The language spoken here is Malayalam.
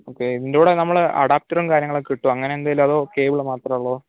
ഓക്കെ ഇതിന്റെ കൂടെ നമ്മൾ അഡാപ്റ്ററും കാര്യങ്ങൾ ഒക്കെ കിട്ടോ അങ്ങനെ എന്തെങ്കിലും അതോ കേബ്ള് മാത്രമേ ഉള്ളോ